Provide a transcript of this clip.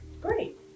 Great